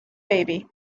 baby